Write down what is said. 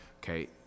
Okay